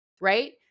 right